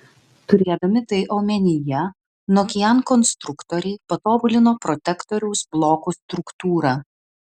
turėdami tai omenyje nokian konstruktoriai patobulino protektoriaus blokų struktūrą